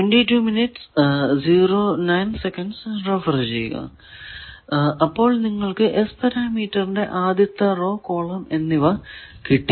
പിന്നെ അപ്പോൾ നിങ്ങൾക്കു S പരാമീറ്ററിന്റെ ആദ്യത്തെ റോ കോളം എന്നിവ കിട്ടി